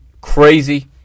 crazy